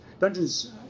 dungeons